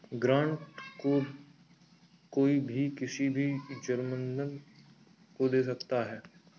grant को कोई भी किसी भी जरूरतमन्द को दे सकता है